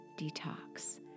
detox